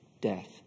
death